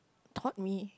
taught me